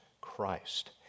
Christ